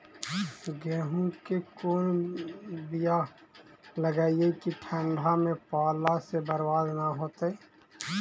गेहूं के कोन बियाह लगइयै कि ठंडा में पाला से बरबाद न होतै?